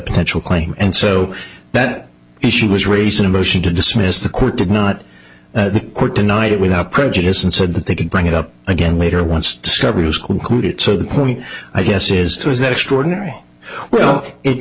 potential claim and so that issue was raised in a motion to dismiss the court did not the court denied it without prejudice and said that they could bring it up again later once discovery was concluded so the point i guess is was that extraordinary well it